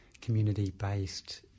community-based